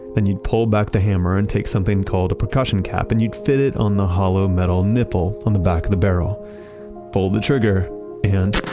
then you'd pull back the hammer and take something called a percussion cap and you'd fit it on the hollow metal nipple on the back of the barrel pull the trigger and